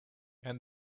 and